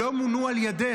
והם לא מונו על ידייך.